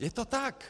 Je to tak.